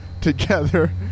together